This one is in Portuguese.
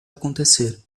acontecer